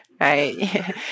right